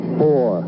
four